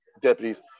deputies